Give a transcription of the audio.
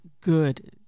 good